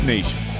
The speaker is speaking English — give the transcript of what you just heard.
Nation